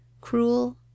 cruel